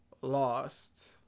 lost